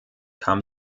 kam